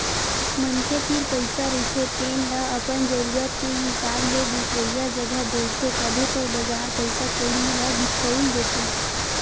मनखे तीर पइसा रहिथे तेन ल अपन जरुरत के हिसाब ले दुसरइया जघा बउरथे, तभे तो बजार पइसा कउड़ी ह दिखउल देथे